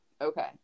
Okay